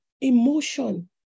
emotion